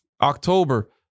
October